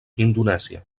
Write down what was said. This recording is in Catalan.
indonèsia